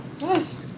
Nice